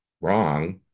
wrong